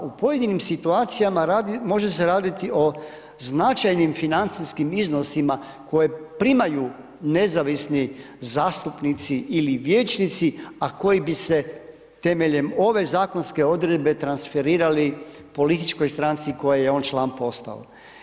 U pojedinim situacijama radi, može se raditi o značajnim financijskim iznosima koje primaju nezavisni zastupnici ili vijećnici, a koji bi se temeljem ove zakonske odredbe transferirali političkoj stranci koje je on član postao.